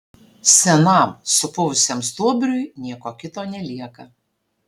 senam supuvusiam stuobriui nieko kito nelieka